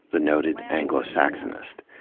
the noted anglo-saxonist.